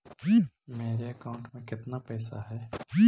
मेरे अकाउंट में केतना पैसा है?